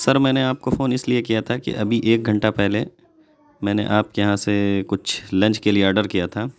سر میں نے آپ کو فون اس لیے کیا تھا کہ ابھی ایک گھنٹہ پہلے میں نے آپ کے یہاں سے کچھ لنچ کے لیے آرڈر کیا تھا